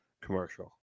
commercial